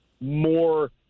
more